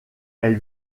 elle